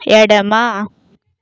ఎడమ